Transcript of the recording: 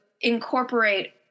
incorporate